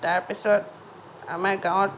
তাৰ পিছত আমাৰ গাঁৱত